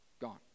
gone